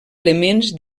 elements